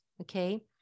Okay